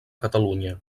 catalunya